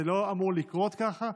זה לא אמור לקרות ככה.